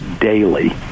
daily